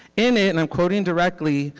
in it, and i'm quoting directly,